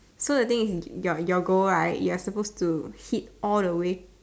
so the thing is your your goal right you are suppose to hit all the way